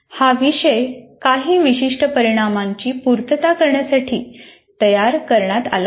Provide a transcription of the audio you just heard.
हा विषय काही विशिष्ट परिणामांची पूर्तता करण्यासाठी तयार करण्यात आला पाहिजे